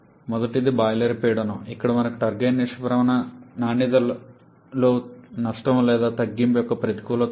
మొదటిది బాయిలర్ పీడనం ఇక్కడ మనకు టర్బైన్ నిష్క్రమణ నాణ్యతలో నష్టం లేదా తగ్గింపు యొక్క ప్రతికూలత ఉంది